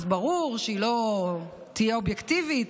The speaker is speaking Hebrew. אז ברור שהיא לא תהיה אובייקטיבית.